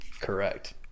Correct